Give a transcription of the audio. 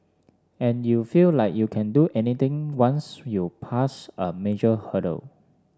and you feel like you can do anything once you passed a major hurdle